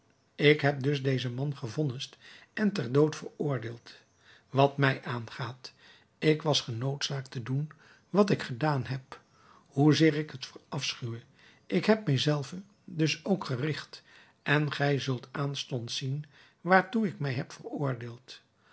ik heb dus dezen man gevonnist en ter dood veroordeeld wat mij aangaat ik was genoodzaakt te doen wat ik gedaan heb hoezeer ik het verafschuwde ik heb mijzelven dus ook gericht en gij zult aanstonds zien waartoe ik mij heb veroordeeld